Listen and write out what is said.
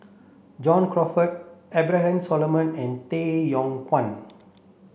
John Crawfurd Abraham Solomon and Tay Yong Kwang